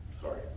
Sorry